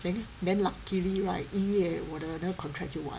then then luckily right 一月我的那个 contract 就完